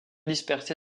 dispersé